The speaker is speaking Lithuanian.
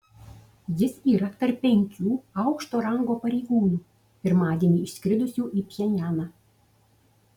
jis yra tarp penkių aukšto rango pareigūnų pirmadienį išskridusių į pchenjaną